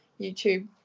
YouTube